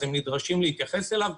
הם נדרשים להתייחס אליו.